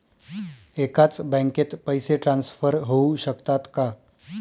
एकाच बँकेत पैसे ट्रान्सफर होऊ शकतात का?